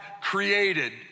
created